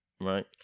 right